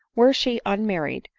were she unmarried,